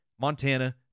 Montana